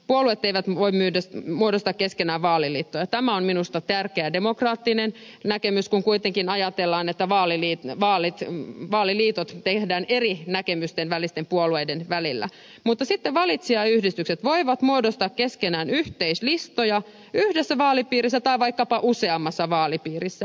puolueet eivät voi muodostaa keskenään vaaliliittoja tämä on minusta tärkeä demokraattinen näkemys kun kuitenkin ajatellaan että vaaliliitot tehdään eri näkemysten välisten puolueiden välillä mutta sitten valitsijayhdistykset voivat muodostaa keskenään yhteislistoja yhdessä vaalipiirissä tai vaikkapa useammassa vaalipiirissä